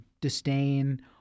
disdain